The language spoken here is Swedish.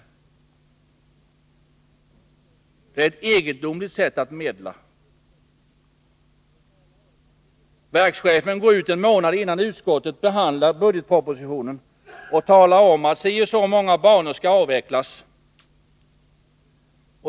Detta är ett egendomligt sätt att medla! Verkschefen går ut en månad innan utskottet behandlar budgetpropositionen och talar om att ett visst antal banor skall avvecklas.